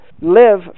live